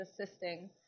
assisting